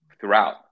throughout